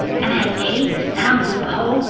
and aunt kate and uncle po,